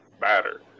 matter